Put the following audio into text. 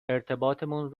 ارتباطمون